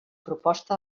proposta